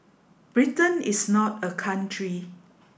Britain is not a country